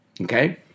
Okay